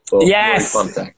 Yes